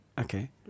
Okay